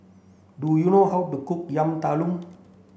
do you know how to cook Yam Talam